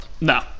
No